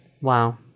Wow